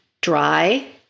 dry